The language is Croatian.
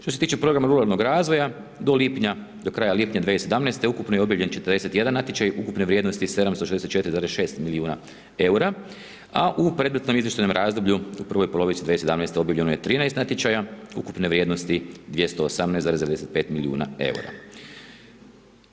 Što se tiče programa ruralnog razvoja, do lipnja, do kraja lipnja 2017. ukupno je objavljen 41 natječaj, ukupne vrijednosti 764,6 milijuna EUR-a, a u predmetnom izvještajnom razdoblju u prvoj polovici 2017. objavljeno je 13 natječaja ukupne vrijednosti 218,95 milijuna EUR-a.